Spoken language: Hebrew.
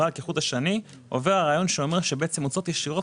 עובר כחוט השני הרעיון שאומר שהוצאות ישירות